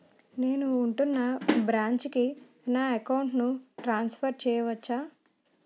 నేను ఉంటున్న బ్రాంచికి నా అకౌంట్ ను ట్రాన్సఫర్ చేయవచ్చా?